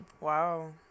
Wow